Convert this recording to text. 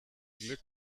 glück